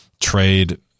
trade